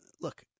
Look